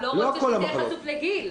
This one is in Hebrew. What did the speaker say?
הוא לא רוצה שזה יהיה כפוף לגיל.